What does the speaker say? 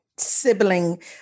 sibling